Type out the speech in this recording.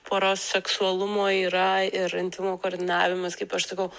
poros seksualumo yra ir intymumo koordinavimas kaip aš sakau